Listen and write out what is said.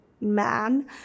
man